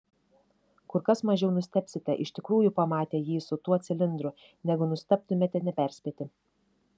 kur kas mažiau nustebsite iš tikrųjų pamatę jį su tuo cilindru negu nustebtumėte neperspėti